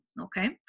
Okay